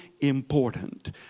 important